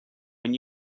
when